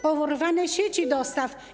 Pourywane sieci dostaw.